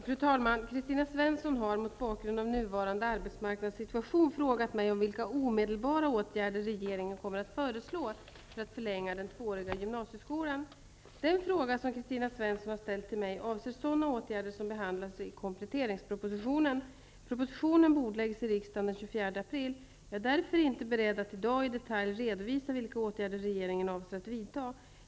Fru talman! Kristina Svensson har, mot bakgrund av nuvarande arbetsmarknadssituation, frågat mig vilka omedelbara åtgärder regeringen kommer att föreslå för att förlänga den tvååriga gymnasieskolan. Den fråga som Kristina Svensson har ställt till mig avser sådana åtgärder som behandlas i kompletteringspropositionen. Propositionen bordläggs i riksdagen den 24 april. Jag är därför inte beredd att i dag i detalj redovisa vilka åtgärder regeringen avser att vidta.